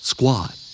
Squat